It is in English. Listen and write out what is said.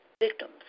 victims